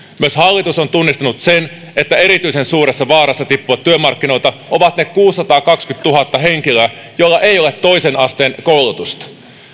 myös hallitus on tunnistanut sen että erityisen suuressa vaarassa tippua työmarkkinoilta ovat ne kuusisataakaksikymmentätuhatta henkilöä joilla ei ole toisen asteen koulutusta